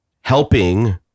helping